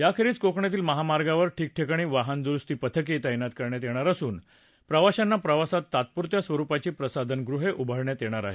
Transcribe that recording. याखेरीज कोकणातील महामार्गावर ठिक ठिकाणी वाहन दुरुस्ती पथके तैनात करण्यात येणार असून प्रवाशांना प्रवासात तात्पुरत्या स्वरूपाची प्रसाधनगृहे उभारण्यात येणार आहेत